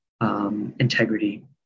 integrity